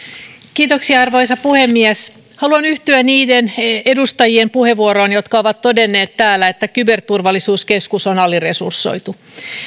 kiitoksia arvoisa puhemies haluan yhtyä niiden edustajien puheenvuoroihin jotka ovat todenneet täällä että kyberturvallisuuskeskus on aliresursoitu